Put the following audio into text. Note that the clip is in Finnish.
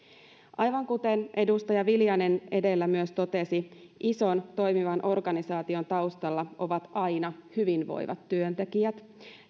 aivan kuten edustaja viljanen edellä myös totesi ison toimivan organisaation taustalla ovat aina hyvinvoivat työntekijät